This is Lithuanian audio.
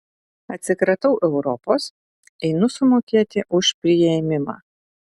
atsikratau europos einu sumokėti už priėmimą